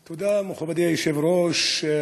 תודה, מכובדי היושב-ראש.